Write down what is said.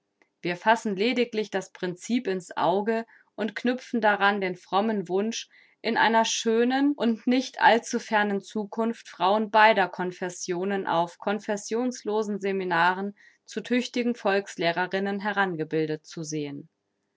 wir fassen lediglich das princip in's auge und knüpfen daran den frommen wunsch in einer schönen und nicht allzufernen zukunft frauen beider confessionen auf confessionslosen seminaren zu tüchtigen volkslehrerinnen herangebildet zu sehen